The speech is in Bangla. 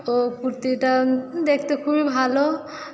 তো কুর্তিটা দেখতে খুবই ভালো